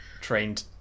trained